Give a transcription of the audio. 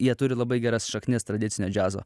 jie turi labai geras šaknis tradicinio džiazo